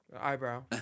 Eyebrow